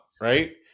right